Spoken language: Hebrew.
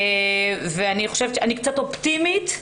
אני קצת אופטימית.